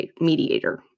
mediator